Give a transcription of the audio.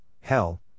hell